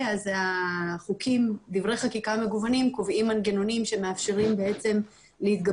אז דברי חקיקה מגוונים קובעים מנגנונים שמאפשרים להתגבר